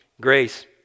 Grace